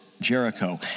Jericho